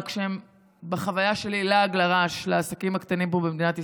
רק שהם בחוויה שלי לעג לרש לעסקים הקטנים פה במדינת ישראל.